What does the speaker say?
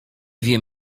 wiem